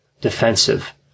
defensive